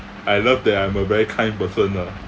I love that I'm a very kind person lah